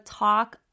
talk